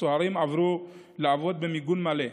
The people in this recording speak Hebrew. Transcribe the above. הסוהרים עברו לעבוד במיגון מלא,